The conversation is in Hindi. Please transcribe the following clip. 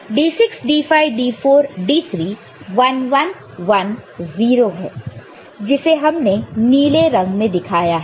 D6 D5 D4 D3 1 1 1 0 है जिसे हमने नीले रंग में दिखाया है